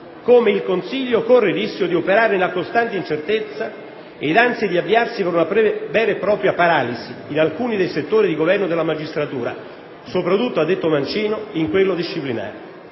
come il Consiglio corra il rischio di operare nella costante incertezza e di avviarsi verso una vera e propria paralisi di alcuni dei settori di governo della magistratura, soprattutto - ha detto il presidente Mancino - in quello disciplinare.